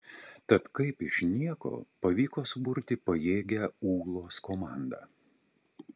tad kaip iš nieko pavyko suburti pajėgią ūlos komandą